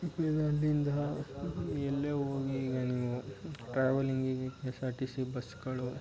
ಬೇರೆ ಅಲ್ಲಿಂದ ಎಲ್ಲೇ ಹೋಗಿ ಈಗ ನೀವು ಟ್ರಾವೆಲಿಂಗಿಗೆ K S R T C ಬಸ್ಸುಗಳು